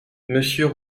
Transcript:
monsieur